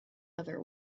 other